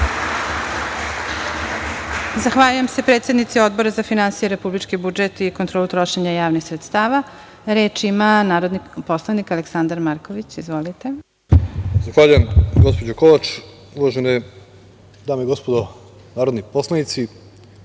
Zahvaljujem, predsednici Odbora za finansije i republički budžet i kontrolu trošenja javnih sredstava. Reč ima narodni poslanik Aleksandar Marković. Izvolite. **Aleksandar Marković** Zahvaljujem, gospođo Kovač. Uvažene dame i gospodo narodni poslanici,